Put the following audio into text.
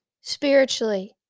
spiritually